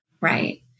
Right